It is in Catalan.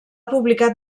publicat